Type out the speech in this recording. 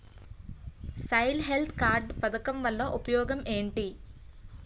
Soil health card పథకం వల్ల ఉపయోగం ఏంటి?